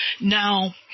Now